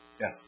Yes